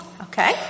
Okay